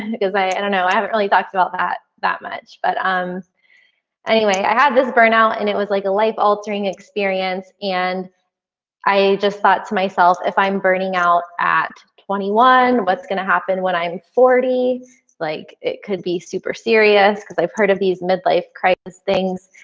and because i i don't know i haven't really talked about that that much but um anyway, i had this burnout and it was like a life altering experience. and i just thought to myself if i'm burning out at twenty one. what's gonna happen when i'm forty like it could be super serious because i've heard of these midlife crisis things.